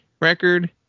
record